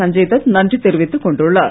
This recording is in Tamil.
சஞ்சய் தத் நன்றி தெரிவித்துக் கொண்டுள்ளார்